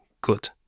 good